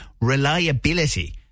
reliability